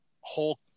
whole